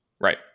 Right